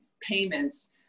payments